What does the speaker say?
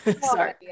sorry